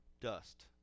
dust